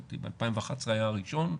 לדעתי ב-2011 היה הראשון,